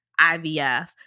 IVF